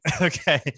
Okay